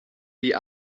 die